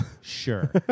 Sure